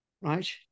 right